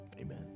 Amen